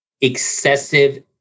Excessive